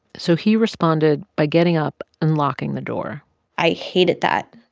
so he responded by getting up and locking the door i hated that.